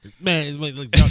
Man